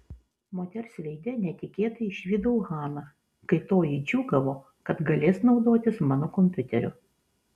moters veide netikėtai išvydau haną kai toji džiūgavo kad galės naudotis mano kompiuteriu